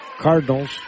Cardinals